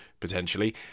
potentially